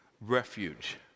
refuge